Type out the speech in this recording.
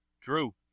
Drew